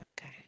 Okay